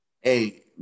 Hey